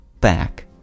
back